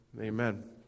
Amen